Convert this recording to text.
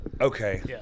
okay